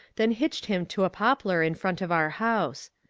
then hitched him to a poplar in front of our house.